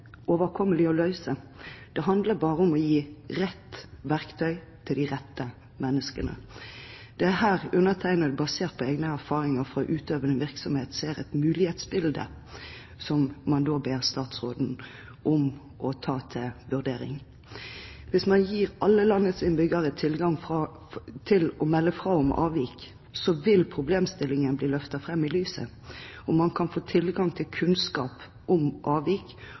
overkommelig å løse. Det handler bare om å gi rett verktøy til de rette menneskene. Det er her undertegnede, basert på egne erfaringer fra utøvende virksomhet, ser et mulighetsbilde, som jeg ber statsråden om å ta opp til vurdering. Hvis man gir alle landets innbyggere tilgang til å melde fra om avvik, vil problemstillingen bli løftet fram i lyset, og man kan få tilgang til kunnskap om avvik